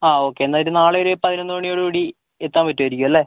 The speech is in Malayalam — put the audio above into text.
ആ ഓക്കെ എന്നാൽ ഒരു നാളെ ഒരു പതിനൊന്ന് മണിയോടുകൂടി എത്താൻ പറ്റുവായിരിക്കും അല്ലേ